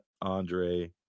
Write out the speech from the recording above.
Andre